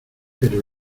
pero